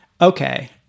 okay